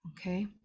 Okay